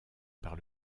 par